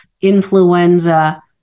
influenza